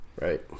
Right